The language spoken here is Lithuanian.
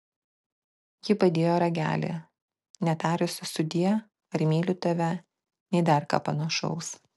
ji padėjo ragelį netarusi sudie ar myliu tave nei dar ką panašaus